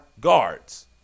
guards